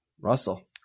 Russell